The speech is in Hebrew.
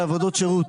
על עבודות שירות.